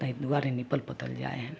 ताहि दुआरे निपल पोतल जाइ हइ